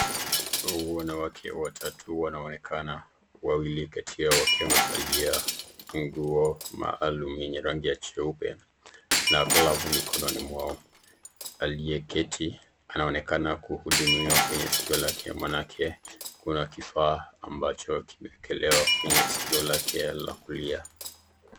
Wanawake watatu wanaonekana, wawili kati yao wakiwa wamevalia nguo maalum yenye rangi ya cheupe na glavu mikononi mwao. Aliyeketi anaonekana kuhudumiwa kwenye skio maanake kuna kifaa ambacho kimeekelewa kwenye skio lake la kulia.